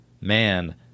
Man